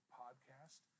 podcast